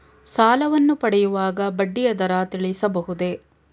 ಸಾಲವನ್ನು ಪಡೆಯುವಾಗ ಬಡ್ಡಿಯ ದರ ತಿಳಿಸಬಹುದೇ?